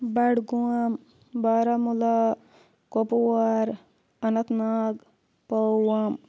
Budgam Baramulla Kupwara Anantnag Pulwama